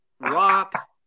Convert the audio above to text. rock